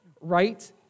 Right